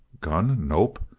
gun? nope.